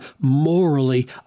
morally